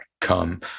come